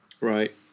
Right